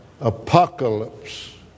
apocalypse